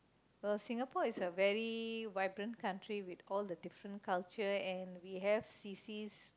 well Singapore is a very vibrant country with all the different culture and we have C_Cs